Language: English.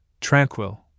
tranquil